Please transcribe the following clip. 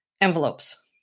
envelopes